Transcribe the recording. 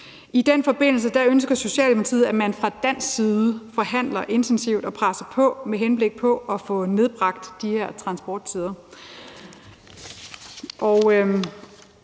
I den forbindelse ønsker Socialdemokratiet, at man fra dansk side forhandler intensivt og presser på med henblik på at få nedbragt de her transporttider.